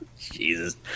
Jesus